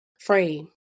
frame